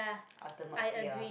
ultimate fear